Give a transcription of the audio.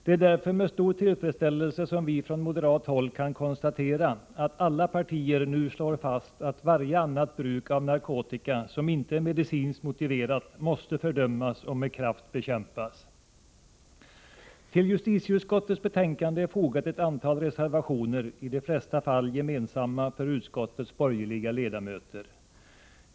Det är därför med stor tillfredsställelse som vi från moderat håll kan konstatera att alla partier nu slår fast att varje annat bruk av narkotika som inte är medicinskt motiverat måste fördömas och med kraft bekämpas. Till justitieutskottets betänkande är fogat ett antal reservationer, i de flesta fall gemensamma för utskottets borgerliga ledamöter.